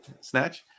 Snatch